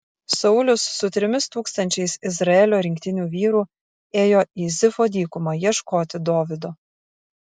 saulius su trimis tūkstančiais izraelio rinktinių vyrų ėjo į zifo dykumą ieškoti dovydo